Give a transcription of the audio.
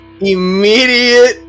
immediate